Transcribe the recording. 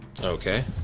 Okay